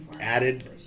added